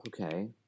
Okay